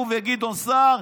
הוא וגדעון סער,